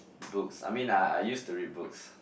books I mean I I used to read books